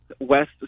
West